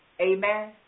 amen